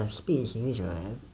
speak in singlish [what]